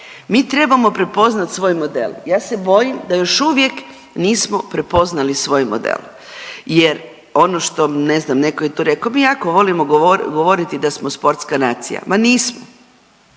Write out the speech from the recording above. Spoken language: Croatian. mi trebamo prepoznati svoj model. Ja se bojim da još uvijek nismo prepoznali svoj model jer ono što ne znam neko je tu rekao, mi jako volimo govoriti da smo sportska nacija. Ma nismo,